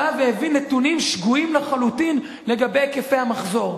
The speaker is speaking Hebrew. בא והביא נתונים שגויים לחלוטין לגבי היקפי המחזור.